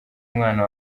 umwana